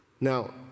Now